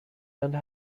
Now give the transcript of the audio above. and